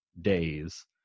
days